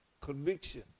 Conviction